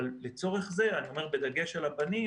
אבל לצורך זה אני אומר בדגש על הבנים